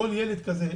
כל ילד כזה,